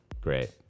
Great